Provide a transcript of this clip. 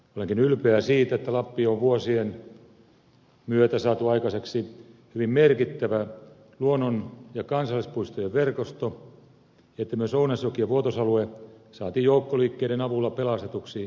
olenkin ylpeä siitä että lappiin on vuosien myötä saatu aikaiseksi hyvin merkittävä luonnon ja kansallispuistojen verkosto että myös ounasjoki ja vuotos alue saatiin joukkoliikkeiden avulla pelastetuiksi voimalaitosrakentamiselta